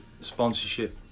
sponsorship